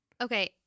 Okay